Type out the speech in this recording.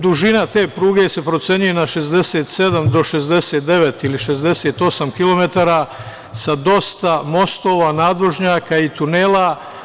Dužina te pruge se procenjuje na 67 do 69 ili 68 kilometara, sa dosta mostova, nadvožnjaka i tunela.